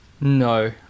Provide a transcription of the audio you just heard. No